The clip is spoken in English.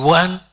one